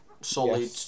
solid